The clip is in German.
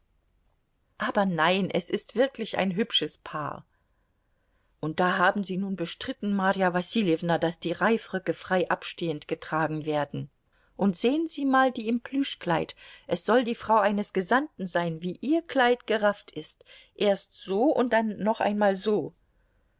aber nein es ist wirklich ein hübsches paar und da haben sie nun bestritten marja wasiljewna daß die reifröcke frei abstehend getragen werden und sehen sie mal die im plüschkleid es soll die frau eines gesandten sein wie ihr kleid gerafft ist erst so und dann noch einmal so